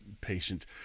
patient